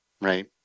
right